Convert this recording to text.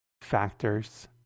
factors